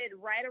right